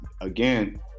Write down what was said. again